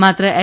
માત્ર એલ